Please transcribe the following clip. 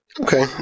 Okay